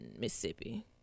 mississippi